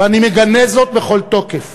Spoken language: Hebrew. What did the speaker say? ואני מגנה זאת בכל תוקף